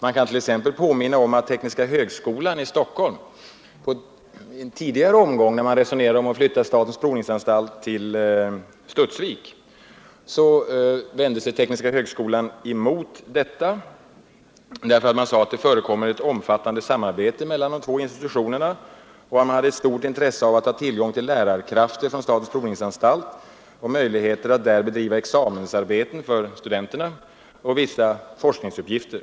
Jag vill t.ex. påminna om att tekniska högskolan i Stockholm i en tidigare omgång, när man resonerade om att flytta statens provningsanstalt till Studsvik, vände sig emot detta med hänvisning till att det förekommer ett omfattande samarbete mellan de två institutionerna och att högskolan hade stort intresse av att ha tillgång till lärarkrafter från statens provningsanstalt och möjligheter att där bedriva examensarbeten för studenterna och vissa forskningsuppgifter.